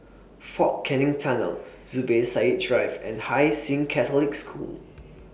Fort Canning Tunnel Zubir Said Drive and Hai Sing Catholic School